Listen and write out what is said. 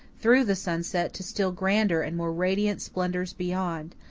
through the sunset to still grander and more radiant splendours beyond,